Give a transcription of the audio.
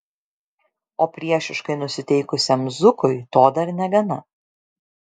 o priešiškai nusiteikusiam zukui to dar negana